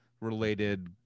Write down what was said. related